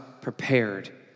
prepared